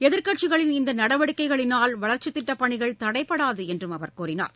எதிர்க்கட்சிகளின் இந்தநடவடிக்கைகளினால் வளர்ச்சித் திட்டப் பணிகள் தடைபடாதுஎன்றும் அவர் கூறினார்